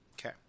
okay